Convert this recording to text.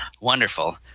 wonderful